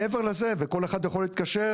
וכל אחד יכול להתקשר,